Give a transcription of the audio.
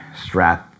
Strat